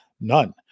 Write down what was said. none